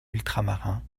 ultramarins